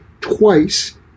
twice